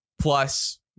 plus